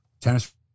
tennis